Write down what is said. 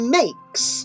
makes